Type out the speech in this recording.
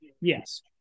yes